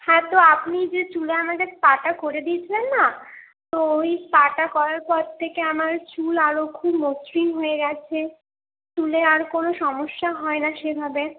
হ্যাঁ তো আপনি যে চুলে আমায় যে স্পাটা করে দিয়েছিলেন না তো ওই স্পাটা করার পর থেকে আমার চুল আরও খুব মসৃণ হয়ে গিয়েছে চুলে আর কোন সমস্যা হয় না সেভাবে